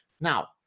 Now